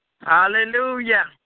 Hallelujah